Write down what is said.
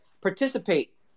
Participate